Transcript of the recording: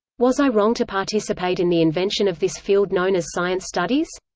was i wrong to participate in the invention of this field known as science studies?